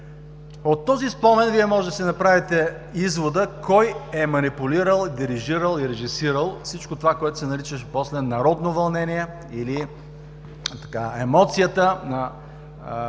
От този спомен можете да си направите извода кой е манипулирал, дирижирал и режисирал всичко това, което се наричаше после „народно вълнение“ или емоцията на митингите